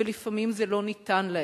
ולפעמים זה לא ניתן להם.